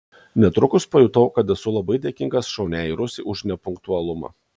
netrukus pajutau kad esu labai dėkingas šauniajai rusei už nepunktualumą